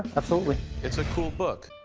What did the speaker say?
absolutely. it's a cool book.